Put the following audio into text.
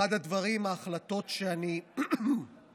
אחת ההחלטות שאני שמח שקיבלתי בחיים